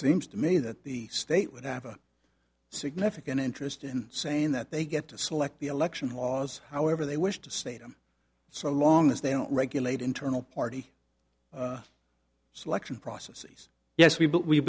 seems to me that the state would have a significant interest in saying that they get to select the election laws however they wish to state them so long as they don't regulate internal party selection processes yes we b